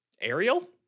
ariel